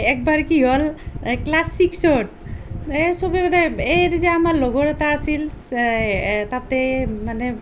একবাৰ কি হ'ল ক্লাছ ছিক্সত এই চবে সোধে এই তেতিয়া আমাৰ লগৰ এটা আছিল তাতেই মানে